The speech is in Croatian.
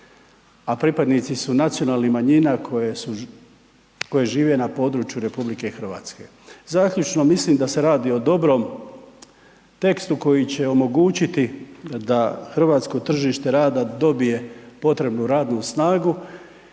a pripadnici su nacionalnih manjina koje su, koje žive na području RH. Zaključno, mislim da se radi o dobrom tekstu koji će omogućiti da hrvatsko tržište rada dobije potrebnu radnu snagu